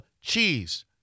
cheese